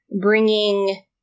bringing